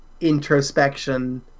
introspection